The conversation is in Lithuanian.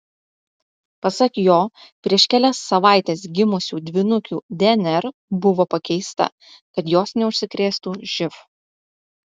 pasak jo prieš kelias savaites gimusių dvynukių dnr buvo pakeista kad jos neužsikrėstų živ